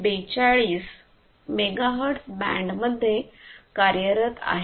42 megahertz band मध्ये कार्यरत आहे